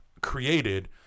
created